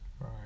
Right